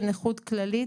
בנכות כללית,